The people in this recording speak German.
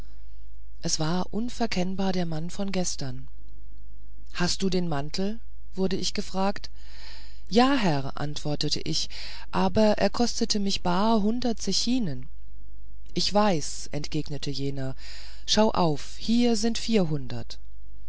es war unverkennbar der mann von gestern hast du den mantel wurde ich gefragt ja herr antwortete ich aber er kostete mich bar hundert zechinen ich weiß es entgegnete jener schau auf hier sind vierhundert